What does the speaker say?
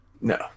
no